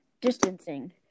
distancing